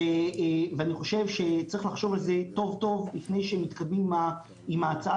ואני חושב שצריך לחשוב על זה טוב-טוב לפני שמתקדמים עם ההצעה.